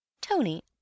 Tony